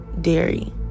dairy